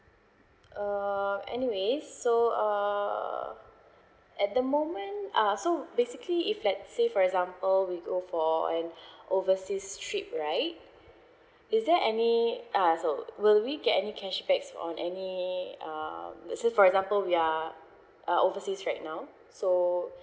uh anyway so uh at the moment ah so basically if let say for example we go for an overseas trip right is there any uh so will we get any cashbacks on any uh let say for example we are uh overseas right now so